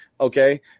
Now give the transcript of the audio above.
Okay